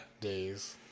days